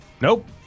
Nope